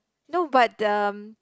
no but the